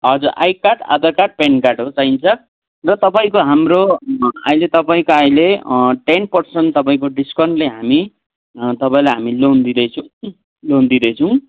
हजर I card Aadhaar card PAN कार्डहरू चाहिन्छ जो तपाईँको हाम्रो अहिले तपाईँको अहिले टेन पर्सेन्ट तपाईँको डिस्काउन्टले हामी तपाईँलाई हामी लोन दिँदैछु लोन दिँदैछु